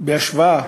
בהשוואה,